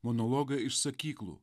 monologai iš sakyklų